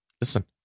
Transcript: listen